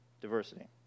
Diversity